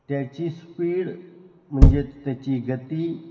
त्याची स्पीड म्हणजे त्याची गती